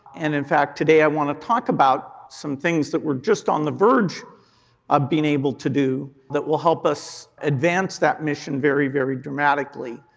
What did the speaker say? and in fact today i want to talk about some things that we are just on the verge of ah being able to do that will help us advance that mission very, very dramatically,